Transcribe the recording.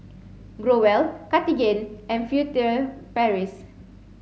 Growell Cartigain and Furtere Paris